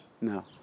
no